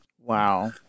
Wow